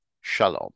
Shalom